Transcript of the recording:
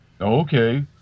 Okay